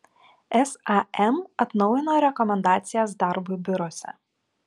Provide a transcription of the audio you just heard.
sam atnaujino rekomendacijas darbui biuruose